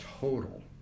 total